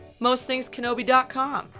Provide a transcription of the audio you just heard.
mostthingskenobi.com